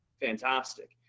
fantastic